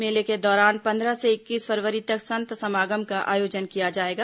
मेले के दौरान पंद्रह से इक्कीस फरवरी तक संत समागम का आयोजन किया जाएगा